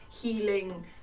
healing